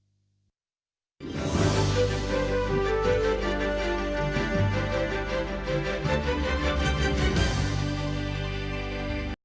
Дякую.